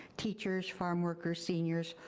teachers, farmworkers, seniors,